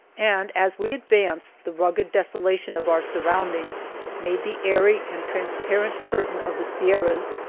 and as we advanced the rugged deso lation of our surroundings made the airy and transparent curtain of the sierras,